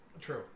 True